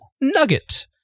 nugget